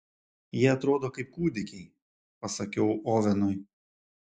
jie atrodo kaip kūdikiai pasakiau ovenui